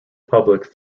public